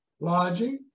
lodging